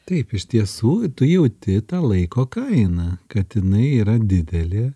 taip iš tiesų tu jauti tą laiko kainą kad inai yra didelė